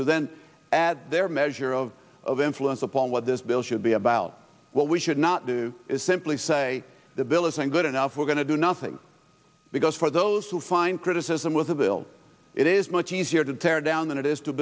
to then add their measure of of influence upon what this bill should be about what we should not do is simply say the bill isn't good enough we're going to do nothing because for those who find criticism with a bill it is much easier to tear down than it is to